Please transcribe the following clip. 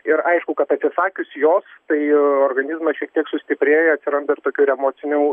ir aišku kad atsisakius jos tai organizmas šiek tiek sustiprėja atsiranda ir tokių emocinių